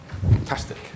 Fantastic